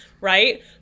right